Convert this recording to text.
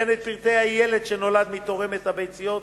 וכן את פרטי הילד שנולד מתורמת הביציות.